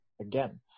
again